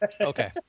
Okay